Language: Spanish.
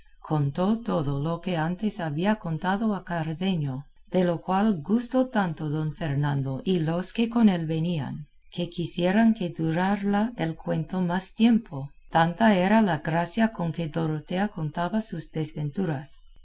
contó todo lo que antes había contado a cardenio de lo cual gustó tanto don fernando y los que con él venían que quisieran que durara el cuento más tiempo tanta era la gracia con que dorotea contaba sus desventuras